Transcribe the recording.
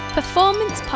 Performance